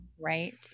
Right